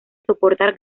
soportar